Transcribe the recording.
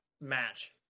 match